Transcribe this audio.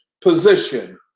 position